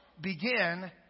begin